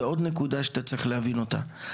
עוד נקודה שאתה צריך להבין אותה.